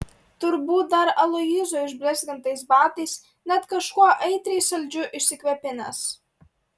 turbūt dar aloyzo išblizgintais batais net kažkuo aitriai saldžiu išsikvepinęs